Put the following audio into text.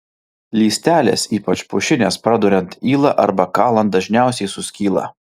lystelės ypač pušinės praduriant yla arba kalant dažniausiai suskyla